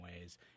ways